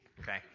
okay